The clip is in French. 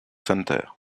center